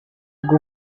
bwo